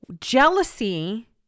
jealousy